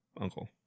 uncle